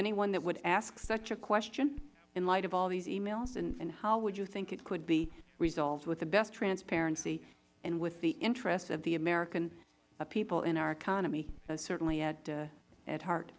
anyone that would ask such a question in light of all of these e mails and how would you think it could be resolved with the best transparency and with the interests of the american people and our economy certainly at heart